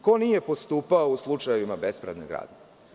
Ko nije postupao u slučajevima bespravne gradnje?